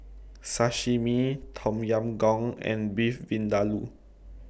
Sashimi Tom Yam Goong and Beef Vindaloo